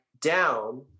down